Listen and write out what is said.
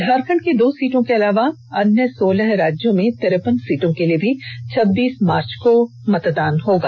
झारखंड की दो सीटों के अलावा अन्य सोलह राज्यों में तिरेपन सीटों के लिए भी छब्बीस मार्च को मतदान होगा